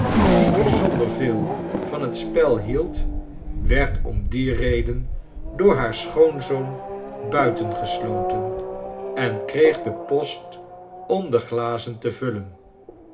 die bijzonder veel van het spel hield werd om die reden door haar schoonzoon buitengesloten en kreeg den post om de glazen te vullen